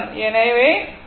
எனவே CRThevenin